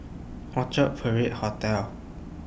Orchard Parade Hotel